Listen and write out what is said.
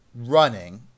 running